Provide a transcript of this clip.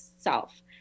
self